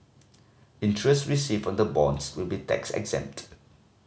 interest received on the bonds will be tax exempt